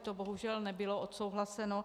To bohužel nebylo odsouhlaseno.